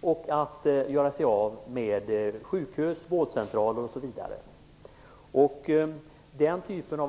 och att göra sig av med sjukhus, vårdcentraler osv.